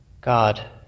God